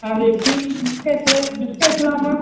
அது எப்படி பிஸ்கெட்டு பிஸ்கெட்லாம்மா